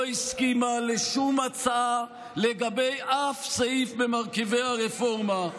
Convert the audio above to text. לא הסכימה לשום הצעה לגבי אף סעיף במרכיבי הרפורמה,